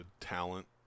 talent